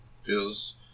Feels